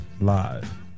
live